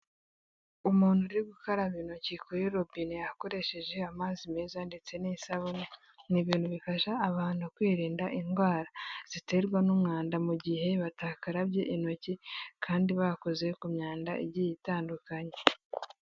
Umuntu uri gukaraba intoki kuri robine akoresheje amazi meza ndetse n'isabune ni ibintu bifasha abantu kwirinda indwara ziterwa n'umwanda mu gihe batakarabye intoki kandi bakoze ku myanda igiye itandukanyekanye.